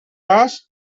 cas